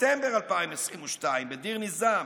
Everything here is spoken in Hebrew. ספטמבר 2022, בדיר ניזאם